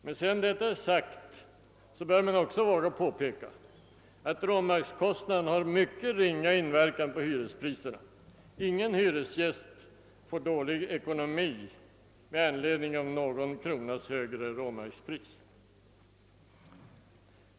Men sedan detta är sagt bör man våga påpeka att råmarkspriserna har mycket ringa inverkan på hyreskostnaderna. Ingen hyresgäst får dålig ekonomi med anledning av ett några kronor högre råmarkspris.